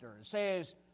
says